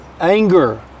Anger